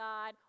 God